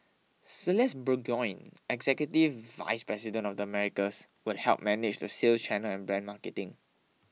Celeste Burgoyne executive vice president of the Americas will help manage the sales channel and brand marketing